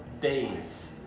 days